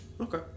Okay